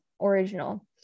original